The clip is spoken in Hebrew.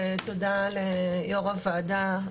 תודה ליו"ר הוועדה,